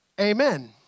Amen